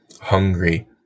Hungry